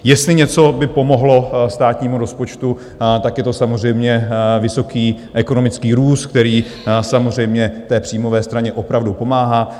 Jestli něco by pomohlo státnímu rozpočtu, tak je to samozřejmě vysoký ekonomický růst, který samozřejmě příjmové straně opravdu pomáhá.